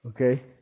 okay